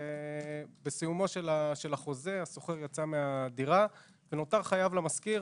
ובסיום החוזה השוכר יצא מהדירה ונותר חייב למשכיר